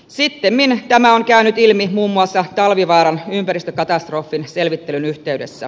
sittemmin tämä on käynyt ilmi muun muassa talvivaaran ympäristökatastrofin selvittelyn yhteydessä